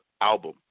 album